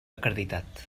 acreditat